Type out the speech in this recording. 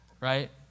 right